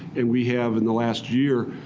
and we have, in the last year,